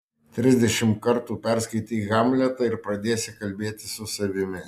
trisdešimt kartų perskaityk hamletą ir pradėsi kalbėtis su savimi